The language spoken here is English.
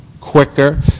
quicker